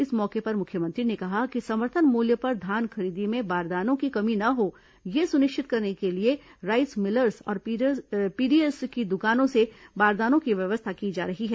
इस मौके पर मुख्यमंत्री ने कहा कि समर्थन मूल्य पर धान खरीदी में बारदानों की कमी न हो यह सुनिश्चित करने के लिए राईस मिलर्स और पीडीएस की दुकानों से बारदानों की व्यवस्था की जा रही है